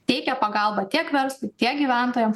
teikia pagalbą tiek verslui tiek gyventojam